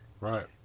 Right